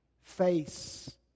face